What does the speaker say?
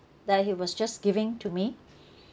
that he was just giving to me